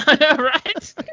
Right